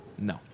no